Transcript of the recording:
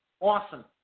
Awesome